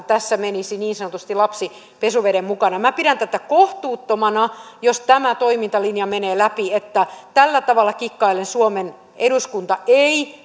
tässä menisi niin sanotusti lapsi pesuveden mukana minä pidän tätä kohtuuttomana jos tämä toimintalinja menee läpi että tällä tavalla kikkaillen suomen eduskunta ei